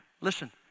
Listen